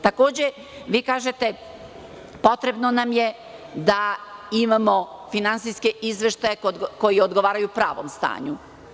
Takođe, vi kažete, potrebno nam je da imamo finansijske izveštaje koji odgovaraju pravom stanju.